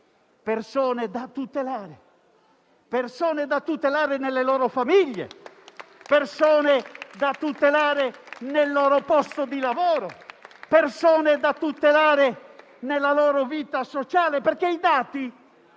persone da tutelare, persone da tutelare nelle loro famiglie, persone da tutelare nel loro posto di lavoro, persone da tutelare nella loro vita sociale, perché i dati